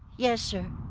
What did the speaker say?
yes, sir!